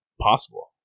possible